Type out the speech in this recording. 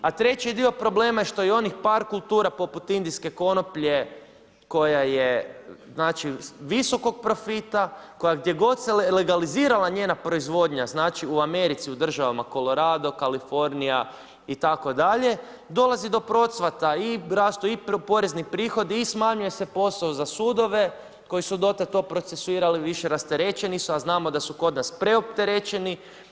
A treći dio problema je što i onih par kultura poput indijske konoplje koja je, znači visokog profita, koja gdje god se legalizirala njezina proizvodnja znači u Americi u državama Koloradu, Kalifornija itd. dolazi do procvata i rastu i porezni prihodi i smanjuje se posao za sudove koji su do tad to procesuirali, više rasterećeni su, a znamo da su kod nas preopterećeni.